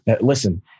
listen